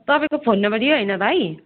तपाईँको phone number यही होइन भाइ